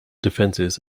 defenses